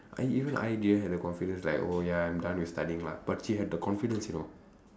and even I didn't have the confidence like oh ya I'm done with studying lah but she had the confidence you know